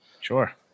Sure